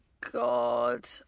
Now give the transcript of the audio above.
God